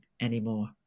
anymore